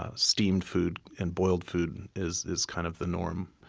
ah steamed food. and boiled food is is kind of the norm.